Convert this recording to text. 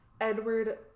Edward